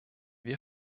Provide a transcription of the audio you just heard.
wir